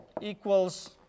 equals